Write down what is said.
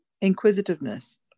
inquisitiveness